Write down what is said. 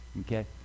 Okay